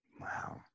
Wow